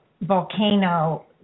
volcano